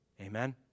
Amen